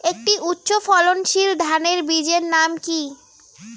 একটি উচ্চ ফলনশীল ধানের বীজের নাম কী?